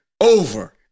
over